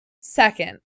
Second